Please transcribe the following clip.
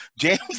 James